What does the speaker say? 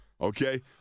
okay